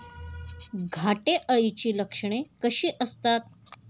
घाटे अळीची लक्षणे कशी असतात?